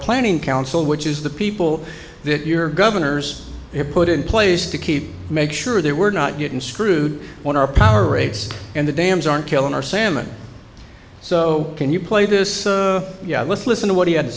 planning council which is the people that your governors have put in place to keep make sure that we're not getting screwed on our power rates and the dams aren't killing our salmon so can you play this let's listen to what he had to